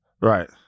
Right